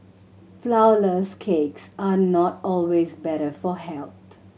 flourless cakes are not always better for health